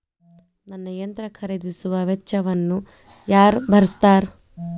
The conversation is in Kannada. ನನ್ನ ಯಂತ್ರ ಖರೇದಿಸುವ ವೆಚ್ಚವನ್ನು ಯಾರ ಭರ್ಸತಾರ್?